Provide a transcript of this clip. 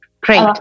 Great